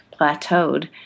plateaued